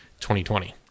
2020